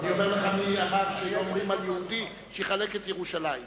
אני אומר לך מי אמר שהיו אומרים על יהודי שיחלק את ירושלים.